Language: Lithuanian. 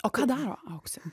o ką daro auksė